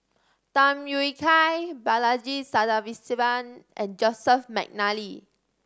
Tham Yui Kai Balaji Sadasivan and Joseph McNally